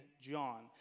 John